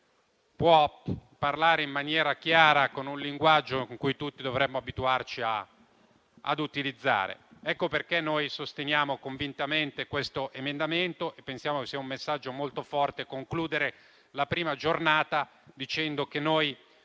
può parlare in maniera chiara con un linguaggio con cui tutti dovremmo abituarci ad utilizzare. Ecco perché sosteniamo convintamente questo emendamento e pensiamo che sia un messaggio molto forte concludere la prima giornata dicendo che noi